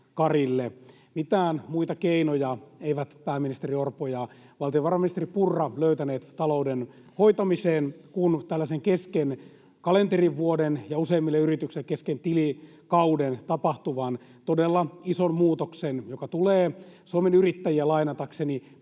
Mitään muita keinoja eivät pääministeri Orpo ja valtiovarainministeri Purra löytäneet talouden hoitamiseen kuin tällaisen kesken kalenterivuoden ja useimmille yrityksille kesken tilikauden tapahtuvan todella ison muutoksen, joka tulee Suomen Yrittäjiä lainatakseni